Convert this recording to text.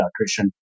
attrition